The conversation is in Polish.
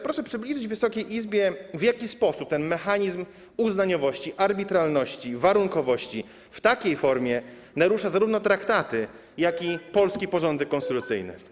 Proszę przybliżyć Wysokiej Izbie, w jaki sposób ten mechanizm uznaniowości, arbitralności, warunkowości w takiej formie narusza zarówno traktaty, jak i polski porządek konstytucyjny.